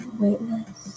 weightless